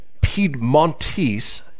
Piedmontese